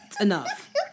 Enough